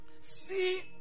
see